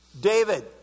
David